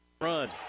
run